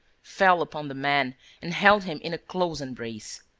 fell upon the man and held him in a close embrace.